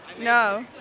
No